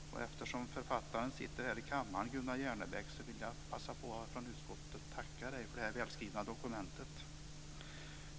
Eftersom författaren, Gunnar Järnebäck, sitter här i kammaren vill jag passa på att från utskottet tacka dig för det här välskrivna dokumentet.